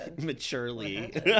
maturely